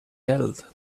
held